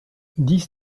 dix